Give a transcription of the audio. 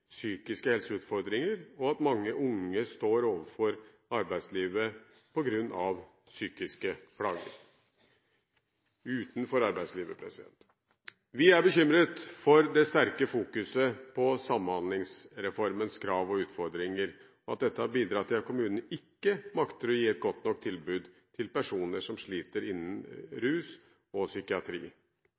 psykiske plager. Vi er bekymret for den sterke fokuseringen på Samhandlingsreformens krav og utfordringer, og at dette har bidratt til at kommunene ikke makter å gi et godt nok tilbud innen rus og psykiatri til personer som sliter.